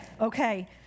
Okay